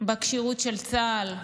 בכשירות של צה"ל,